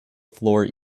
floor